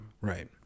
Right